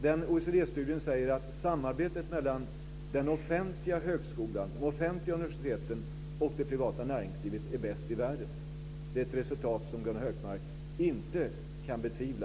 Den OECD-studien säger att samarbetet mellan den offentliga högskolan, de offentliga universiteten och det privata näringslivet är bäst i världen. Det är ett resultat som Gunnar Hökmark inte kan betvivla.